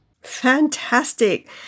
Fantastic